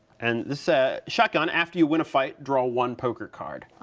and this ah shotgun, after you win a fight, draw one poker card.